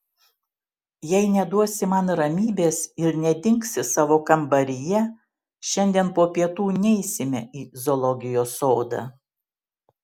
jei neduosi man ramybės ir nedingsi savo kambaryje šiandien po pietų neisime į zoologijos sodą